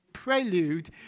prelude